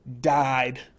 died